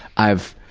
i've,